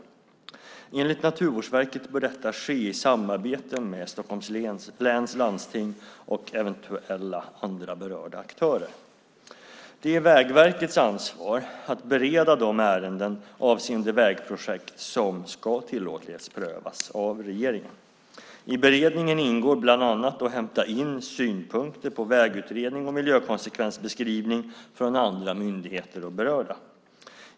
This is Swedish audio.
Enligt Naturvårdsverket bör detta ske i samarbete med Stockholms läns landsting och eventuella andra berörda aktörer. Det är Vägverkets ansvar att bereda de ärenden avseende vägprojekt som ska tillåtlighetsprövas av regeringen. I beredningen ingår bland annat att hämta in synpunkter på vägutredning och miljökonsekvensbeskrivning från andra myndigheter och berörda.